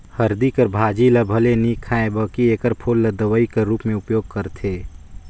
हरदी कर भाजी ल भले नी खांए बकि एकर फूल ल दवई कर रूप में उपयोग करथे